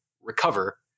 recover